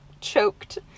choked